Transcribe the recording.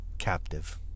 captive